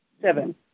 Seven